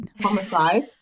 Homicide